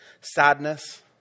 sadness